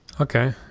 Okay